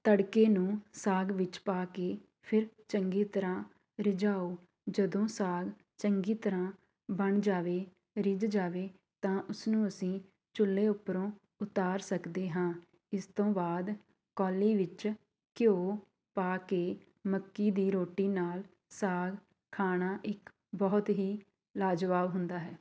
ਤੜਕੇ ਨੂੰ ਸਾਗ ਵਿੱਚ ਪਾ ਕੇ ਫਿਰ ਚੰਗੀ ਤਰ੍ਹਾਂ ਰਿਝਾਉ ਜਦੋਂ ਸਾਗ ਚੰਗੀ ਤਰ੍ਹਾਂ ਬਣ ਜਾਵੇ ਰਿੱਝ ਜਾਵੇ ਤਾਂ ਉਸਨੂੰ ਅਸੀਂ ਚੁੱਲ੍ਹੇ ਉੱਪਰੋਂ ਉਤਾਰ ਸਕਦੇ ਹਾਂ ਇਸ ਤੋਂ ਬਾਅਦ ਕੌਲੀ ਵਿੱਚ ਘਿਉ ਪਾ ਕੇ ਮੱਕੀ ਦੀ ਰੋਟੀ ਨਾਲ ਸਾਗ ਖਾਣਾ ਇੱਕ ਬਹੁਤ ਹੀ ਲਾਜਵਾਬ ਹੁੰਦਾ ਹੈ